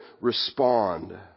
respond